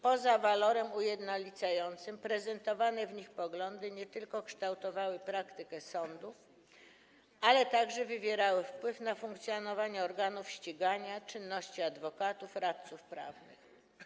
Poza walorem ujednolicającym prezentowane w nich poglądy nie tylko kształtowały praktykę sądów, ale także wywierały wpływ na funkcjonowanie organów ścigania, czynności adwokatów i radców prawnych.